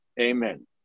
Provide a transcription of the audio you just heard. amen